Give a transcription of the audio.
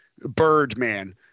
Birdman